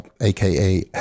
AKA